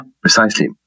precisely